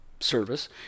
service